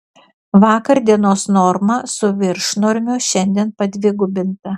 vakar dienos norma su viršnormiu šiandien padvigubinta